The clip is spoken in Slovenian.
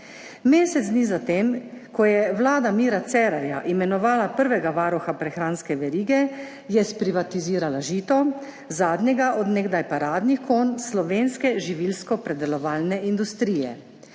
Mesec dni zatem, ko je vlada Mira Cerarja imenovala prvega varuha prehranske verige, je sprivatizirala Žito, zadnjega od nekdaj paradnih konj slovenske živilskopredelovalne industrije.